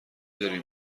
داری